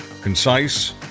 concise